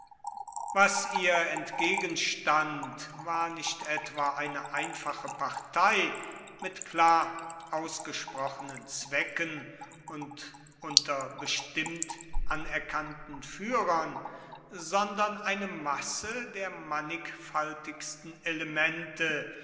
was ihr entgegenstand war nicht etwa eine einfache partei mit klar ausgesprochenen zwecken und unter bestimmt anerkannten führern sondern eine masse der mannigfaltigsten elemente